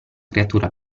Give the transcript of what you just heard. creatura